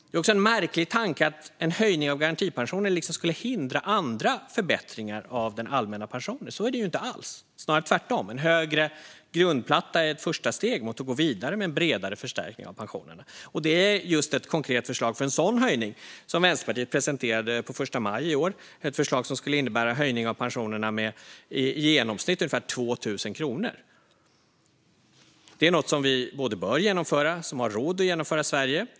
Det är också en märklig tanke att en höjning av garantipensionen skulle hindra andra förbättringar av den allmänna pensionen. Så är det inte alls, utan snarare tvärtom. En högre grundplatta är ett första steg mot att gå vidare med en bredare förstärkning av pensionerna. Det är just ett konkret förslag om en sådan höjning som Vänsterpartiet presenterade på första maj i år. Det är ett förslag som skulle innebära en höjning av pensionerna med i genomsnitt ungefär 2 000 kronor. Det är något som vi både bör genomföra och har råd att genomföra i Sverige.